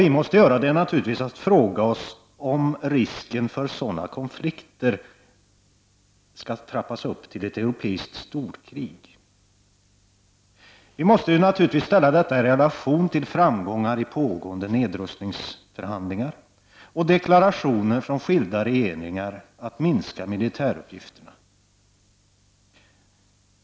Vi måste naturligtvis fråga oss om det finns risker för att sådana konflikter trappas upp och leder till ett europeiskt storkrig. Vi måste ställa den frågan i relation till framgångar i pågående nedrustningsförhandlingar och deklarationer från skilda regeringar om att minska de militära klyftorna.